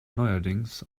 neuerdings